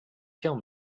kill